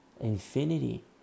infinity